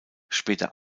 später